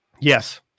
Yes